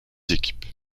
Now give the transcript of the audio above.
équipes